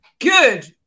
Good